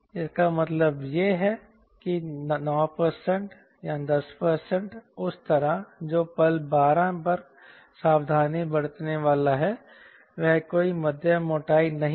इसका मतलब यह है कि 910 उस तरह जो पल12 पर सावधानी बरतने वाला है वह कोई मध्यम मोटाई नहीं है